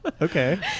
Okay